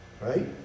Right